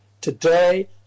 Today